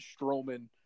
Strowman